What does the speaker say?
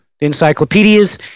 encyclopedias